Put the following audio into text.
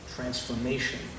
transformation